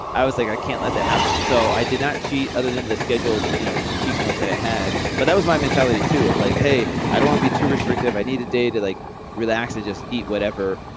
i was like, i can't let that happen. so i did not cheat other than the scheduled you know cheat meals that i had. but that was my mentality too of like, hey, i don't want to be too restrictive. i need a day to like relax and just eat whatever.